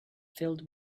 filled